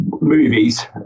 movies